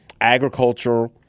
Agriculture